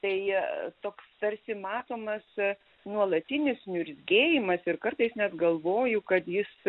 tai toks tarsi matomas nuolatinis niurzgėjimas ir kartais net galvoju kad jis